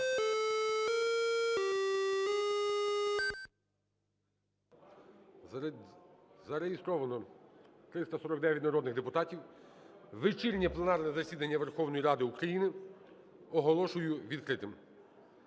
Зареєстровано 350 народних депутатів. Ранкове пленарне засідання Верховної Ради України оголошую відкритим.